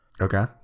okay